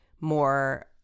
more